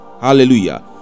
Hallelujah